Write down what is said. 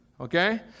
okay